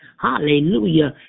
Hallelujah